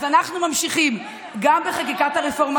אז אנחנו ממשיכים גם בחקיקת הרפורמה,